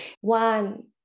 One